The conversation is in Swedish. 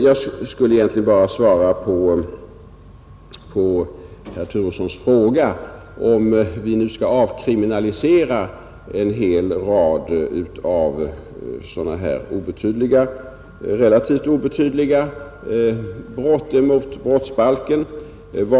Jag skulle egentligen svara på herr Turessons fråga om vilken samhällsreaktion vi skall ha, om vi nu skall avkriminalisera en hel rad av sådana här relativt obetydliga brott mot brottsbalken.